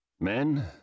Men